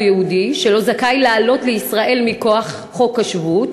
יהודי שלא זכאי לעלות לישראל מכוח חוק השבות,